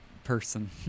person